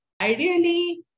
Ideally